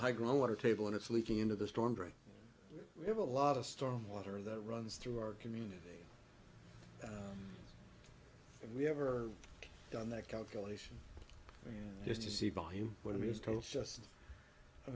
a high ground water table and it's leaking into the storm drain we have a lot of storm water that runs through our community and we ever done that calculation you know just to see